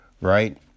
Right